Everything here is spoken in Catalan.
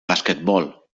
basquetbol